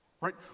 Right